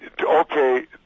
Okay